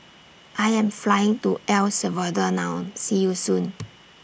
I Am Flying to El Salvador now See YOU Soon